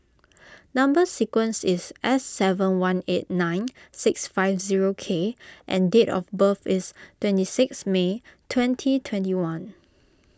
Number Sequence is S seven one eight nine six five zero K and date of birth is twenty six May twenty twenty one